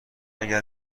اگر